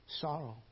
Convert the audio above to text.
sorrow